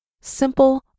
simple